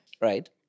Right